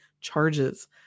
charges